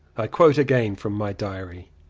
i quote again from my diary